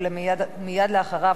ומייד אחריו,